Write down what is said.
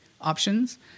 options